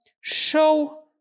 show